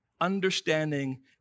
understanding